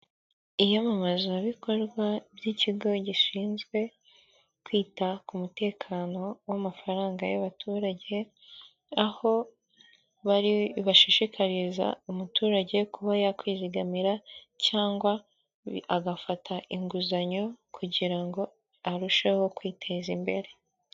Iyamamazabikorwa by'ikigo gishinzwe kwita ku mutekano w'amafaranga y'abaturage, aho bashishikariza umuturage kuba yakwizigamira cyangwa agafata inguzanyo kugira ngo arusheho kwiteza imbere.